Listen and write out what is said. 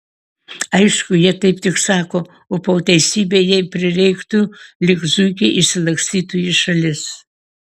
aišku jie taip tik sako o po teisybei jei prireiktų lyg zuikiai išsilakstytų į šalis